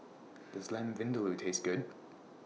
Does Lamb Vindaloo Taste Good